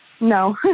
No